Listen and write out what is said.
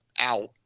out